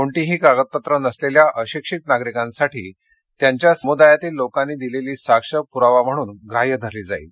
कोणतीही कागदपत्रं नसलेल्या अशिक्षित नागरिकांसाठी त्यांच्या समुदायातील लोकांनी दिलेली साक्ष प्रावा म्हणून ग्राह्य धरली जाईल